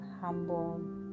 humble